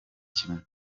kimwe